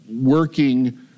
working